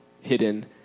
hidden